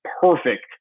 perfect